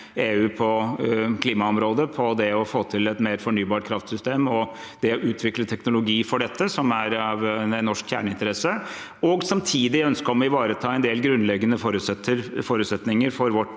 på klimaområdet, på det å få til et mer fornybart kraftsystem og å utvikle teknologi for dette, som er en norsk kjerneinteresse. Samtidig er det et ønske om å ivareta en del grunnleggende forutsetninger for vårt